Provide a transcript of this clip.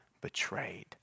betrayed